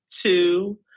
two